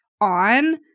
on